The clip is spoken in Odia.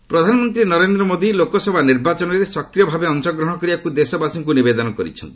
ପିଏମ ଇଲେକ୍ସନ ପ୍ରଧାନମନ୍ତ୍ରୀ ନରେନ୍ଦ୍ର ମୋଦି ଲୋକସଭା ନିର୍ବାଚନରେ ସକ୍ରିୟଭାବେ ଅଂଶଗ୍ରହଣ କରିବାକୁ ଦେଶବାସୀଙ୍କୁ ନିବେଦନ କରିଛନ୍ତି